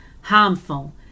harmful